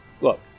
look